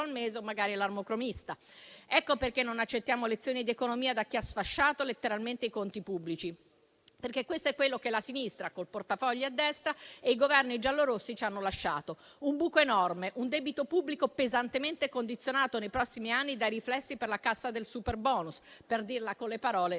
al mese o magari l'armocromista. Ecco perché non accettiamo lezioni di economia da chi ha sfasciato letteralmente i conti pubblici, perché questo è quello che la sinistra, col portafogli a destra, e i Governi giallorossi ci hanno lasciato: un buco enorme, un debito pubblico pesantemente condizionato nei prossimi anni dai riflessi per la cassa del superbonus, per dirla con le parole del